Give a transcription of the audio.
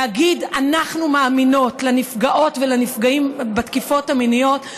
להגיד: אנחנו מאמינות לנפגעות ולנפגעים בתקיפות המיניות,